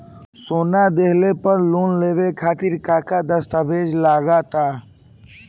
सोना दिहले पर लोन लेवे खातिर का का दस्तावेज लागा ता?